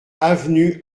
avenue